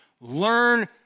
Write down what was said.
learn